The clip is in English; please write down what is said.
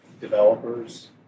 developers